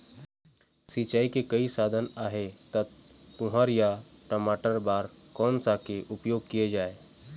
सिचाई के कई साधन आहे ता तुंहर या टमाटर बार कोन सा के उपयोग किए जाए?